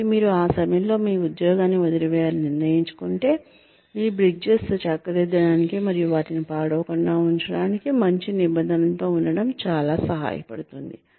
కాబట్టి మీరు ఆ సమయంలో మీ ఉద్యోగాన్ని వదిలివేయాలని నిర్ణయించుకుంటే మీ బ్రిడ్జెస్ చక్కదిద్దడానికి మరియు వాటిని పాడవకుండ ఉంచటానికి మంచి నిబంధనలతో ఉండటం చాలా సహాయపడుతుంది